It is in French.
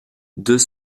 deux